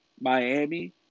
Miami